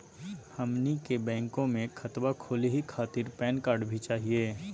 हमनी के बैंको महिना खतवा खोलही खातीर पैन कार्ड भी चाहियो?